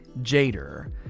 Jader